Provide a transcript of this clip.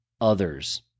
others